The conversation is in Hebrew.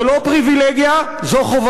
זו לא פריבילגיה, זו חובתו.